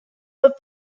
but